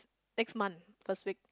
next month first week